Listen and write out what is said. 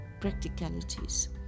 practicalities